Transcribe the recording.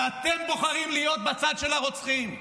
ואתם בוחרים להיות בצד של הרוצחים,